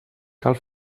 cal